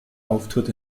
auftritt